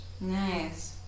Nice